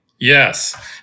Yes